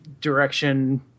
direction